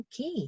okay